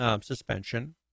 suspension